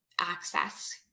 access